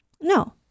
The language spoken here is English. No